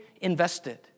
invested